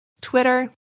Twitter